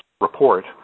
report